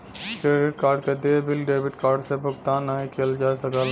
credit card क देय bill debit card से भुगतान नाहीं किया जा सकला